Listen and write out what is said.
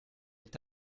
est